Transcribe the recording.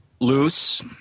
loose